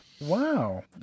Wow